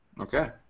Okay